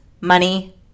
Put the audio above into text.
money